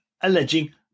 alleging